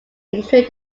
include